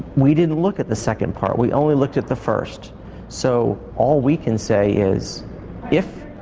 we didn't look at the second part, we only looked at the first so all we can say is if.